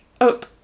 up